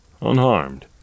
unharmed